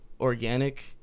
organic